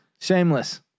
Shameless